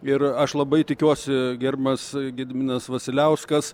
ir aš labai tikiuosi gerbiamas gediminas vasiliauskas